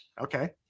Okay